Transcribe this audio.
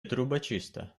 трубочиста